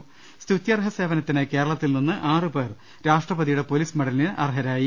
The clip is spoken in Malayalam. ടെ റാട്ട്ടിട്ടു സ്തുത്യർഹ സേവനത്തിന് കേരളത്തിൽ നിന്ന് ആറു പേർ രാഷ്ട്രപതി യുടെ പൊലീസ് മെഡലിന് അർഹരായി